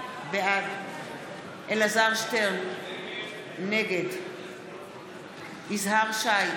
בעד אלעזר שטרן, נגד יזהר שי,